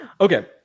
Okay